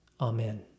Amen